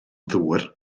ddŵr